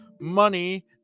money